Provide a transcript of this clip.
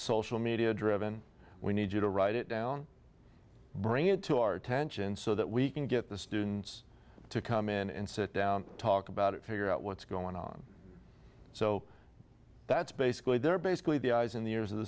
social media driven we need you to write it down bring it to our attention so that we can get the students to come in and sit down talk about it figure out what's going on so that's basically they're basically the eyes and ears of the